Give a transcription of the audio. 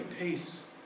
peace